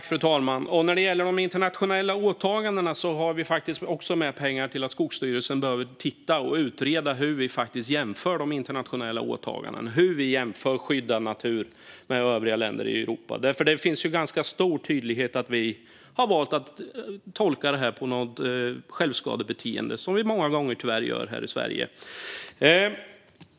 Fru talman! När det gäller de internationella åtagandena har vi faktiskt också med pengar till Skogsstyrelsen för att titta på och utreda hur vi jämför de internationella åtagandena - hur vi jämför skyddad natur med övriga länder i Europa. Det framgår med ganska stor tydlighet att vi i Sverige har valt att tolka detta på ett sätt som vittnar om självskadebeteende, som vi tyvärr många gånger gör här.